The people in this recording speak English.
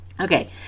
Okay